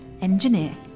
engineer